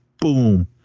boom